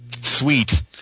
Sweet